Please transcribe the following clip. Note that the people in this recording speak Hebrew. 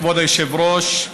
כבוד היושב-ראש,